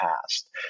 past